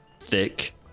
thick